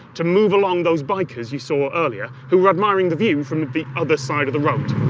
to move along those bikers you saw earlier who were admiring the view from the other side of the road.